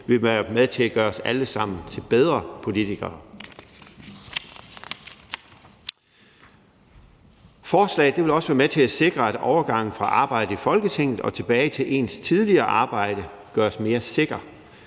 vil være med til at gøre os alle sammen til bedre politikere. Forslaget vil også være med til at sikre, at overgangen fra arbejdet i Folketinget og tilbage til ens tidligere arbejde gøres mere sikker.